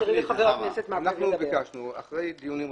אנחנו מבקשים לכתוב את זה.